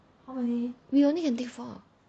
we only can take four